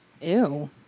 Ew